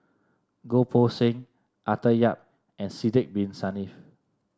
Goh Poh Seng Arthur Yap and Sidek Bin Saniff